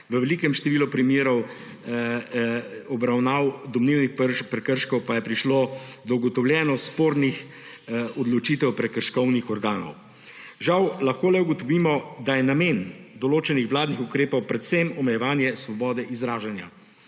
v velikem številu primerov obravnav domnevnih prekrškov pa je prišlo do ugotovljeno spornih odločitev prekrškovnih organov. Žal lahko le ugotovimo, da je namen določenih vladnih ukrepov predvsem omejevanje svobode izražanja.